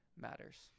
matters